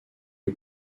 eût